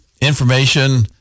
information